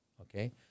Okay